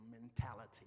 mentality